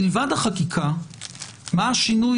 מלבד החקיקה מה השינוי,